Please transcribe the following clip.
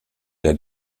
der